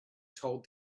told